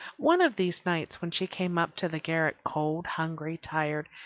one of these nights, when she came up to the garret cold, hungry, tired,